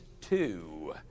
two